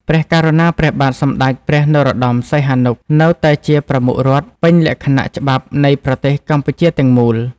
ព្រះករុណាព្រះបាទសម្តេចព្រះនរោត្តម សីហនុ នៅតែជាប្រមុខរដ្ឋ ពេញលក្ខណៈច្បាប់ នៃប្រទេសកម្ពុជាទាំងមូល។